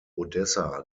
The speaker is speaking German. odessa